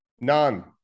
None